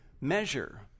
measure